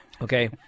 okay